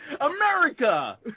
America